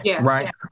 right